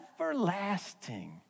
everlasting